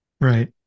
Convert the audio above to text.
Right